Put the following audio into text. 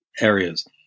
areas